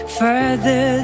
further